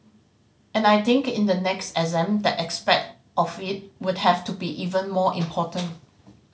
and I think in the next exam that aspect of it would have to be even more important